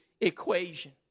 equation